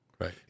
Right